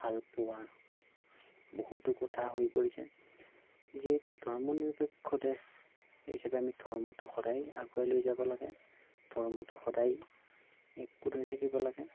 ভালপোৱা বহুতো কথা হৈ পৰিছে যিহেতু ধৰ্মনিৰপেক্ষ দেশ সেই হিচাপে আমি ধৰ্মটো সদায় আগুৱাই লৈ যাব লাগে ধৰ্মটো সদায় একগোট হৈ থাকিব লাগে